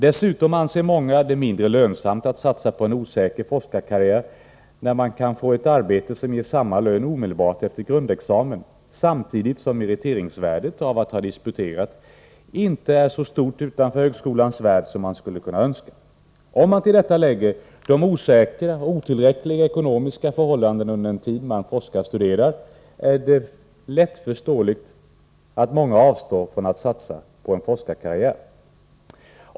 Dessutom anser många att det är mindre lönsamt att satsa på en osäker forskarkarriär när man kan få ett arbete som ger samma lön omedelbart efter grundexamen. Samtidigt är meriteringsvärdet av att ha disputerat inte så stort utanför högskolans värld som man skulle önska. Om man till detta lägger de osäkra och otillräckliga ekonomiska förhållandena under den tid man forskarstuderar, hyser jag full förståelse för att många avstår från att satsa på en forskarkarriär.